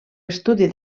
estudi